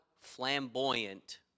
flamboyant